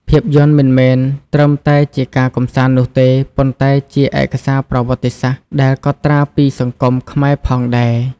ភាពយន្តមិនមែនត្រឹមតែជាការកម្សាន្តនោះទេ ប៉ុន្តែជាឯកសារប្រវត្តិសាស្ត្រដែលកត់ត្រាពីសង្គមខ្មែរផងដែរ។